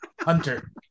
Hunter